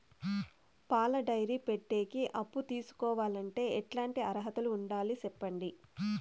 పాల డైరీ పెట్టేకి అప్పు తీసుకోవాలంటే ఎట్లాంటి అర్హతలు ఉండాలి సెప్పండి?